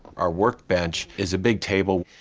our workbench is a big table,